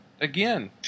again